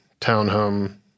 townhome